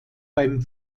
beim